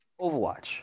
Overwatch